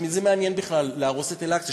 את מי זה מעניין בכלל להרוס את אל-אקצא?